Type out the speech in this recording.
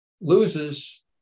loses